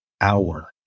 hour